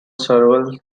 several